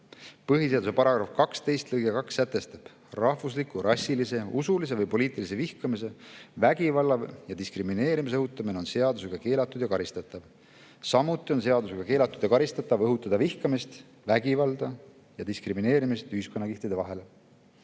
Põhiseaduse § 12 sätestab: "Rahvusliku, rassilise, usulise või poliitilise vihkamise, vägivalla ja diskrimineerimise õhutamine on seadusega keelatud ja karistatav. Samuti on seadusega keelatud ja karistatav õhutada vihkamist, vägivalda ja diskrimineerimist ühiskonnakihtide vahel."